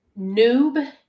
noob